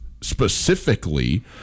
specifically